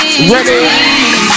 Ready